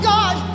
God